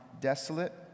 desolate